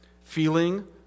feeling